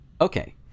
Okay